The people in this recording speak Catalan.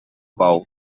bou